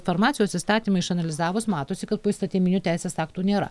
farmacijos įstatymą išanalizavus matosi kad poįstatyminių teisės aktų nėra